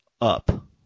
up